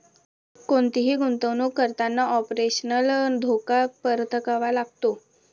कोणतीही गुंतवणुक करताना ऑपरेशनल धोका पत्करावा लागतो